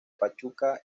pachuca